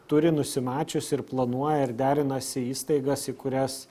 turi nusimačiusi ir planuoja ir derinasi įstaigas į kurias